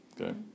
Okay